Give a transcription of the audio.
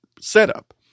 setup